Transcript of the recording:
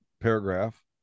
paragraph